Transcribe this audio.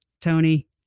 Tony